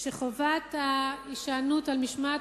שחובת ההישענות על משמעת